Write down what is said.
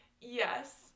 Yes